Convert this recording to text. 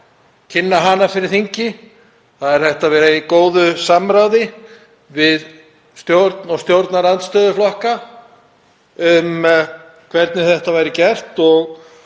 kynna hana fyrir þingi. Það er hægt að vera í góðu samráði við stjórn og stjórnarandstöðuflokka um hvernig þetta væri gert. Ég